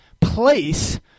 place